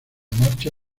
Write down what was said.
marcha